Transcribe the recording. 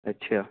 अच्छा